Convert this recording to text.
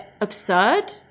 absurd